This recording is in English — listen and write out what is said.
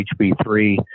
HB3